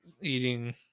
eating